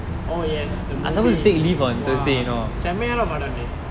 oh yes the movie !wah! செம்மயான படம் டே:semmayaane padam de